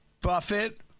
Buffett